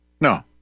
No